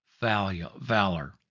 valor